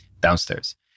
Downstairs